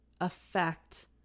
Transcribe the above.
affect